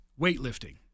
weightlifting